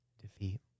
Defeat